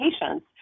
patients